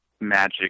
magic